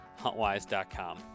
huntwise.com